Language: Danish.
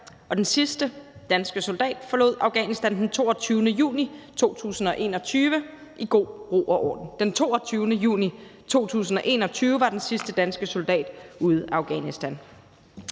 den sidste danske soldat forlod Afghanistan den 22. juni 2021 i god ro og orden. Den 22. juni 2021 var den sidste danske soldat ude af Afghanistan.